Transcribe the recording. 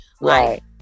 Right